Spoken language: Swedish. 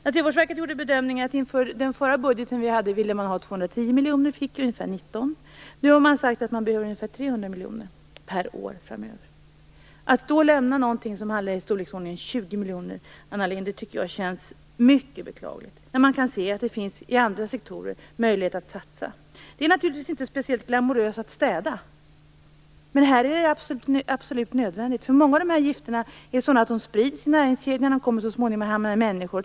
Inför den förra budgeten gjorde Naturvårdsverket bedömningen att man ville ha 210 miljoner. Man fick ungefär 19. Nu har man sagt att man behöver ungefär 300 miljoner per år framöver. Att anslaget då hamnar i storleksordningen 20 miljoner tycker jag känns mycket beklagligt, Anna Lindh. Vi ser ju i andra sektorer att det finns möjligheter att satsa. Det är naturligtvis inte speciellt glamoröst att städa. Men i det här fallet är det absolut nödvändigt. Många av de här gifterna är sådana att de sprids i näringskedjorna. Så småningom kommer de att hamna i människor.